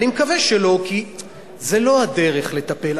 אני מקווה שלא, כי זה לא הדרך לטפל.